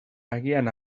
agian